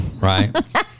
right